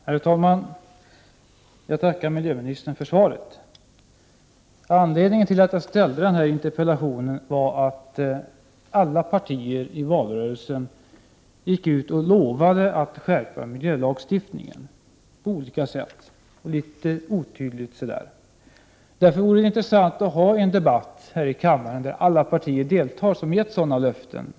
Herr talman! Jag tackar miljöoch energiministern för svaret. Anledningen till att jag ställde den här interpellationen var att alla partier i valrörelsen lovade att skärpa miljölagstiftningen på olika sätt. Formuleringarna var litet otydliga. Därför vore det intressant att få en debatt här i kammaren där alla partier som gett sådana löften deltog.